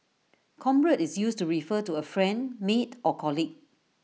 comrade is used to refer to A friend mate or colleague